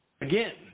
again